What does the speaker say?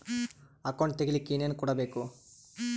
Account ತೆಗಿಲಿಕ್ಕೆ ಏನೇನು ಕೊಡಬೇಕು?